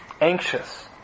anxious